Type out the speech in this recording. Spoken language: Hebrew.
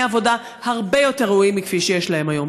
עבודה הרבה יותר ראויים מכפי שיש להם היום.